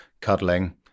cuddling